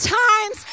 times